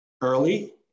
early